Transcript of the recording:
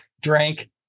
drank